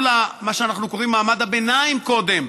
למה שאנחנו קוראים מעמד הביניים קודם,